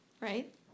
right